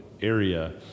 area